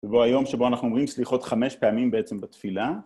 ובו היום שבו אנחנו אומרים סליחות חמש פעמים בעצם בתפילה.